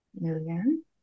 million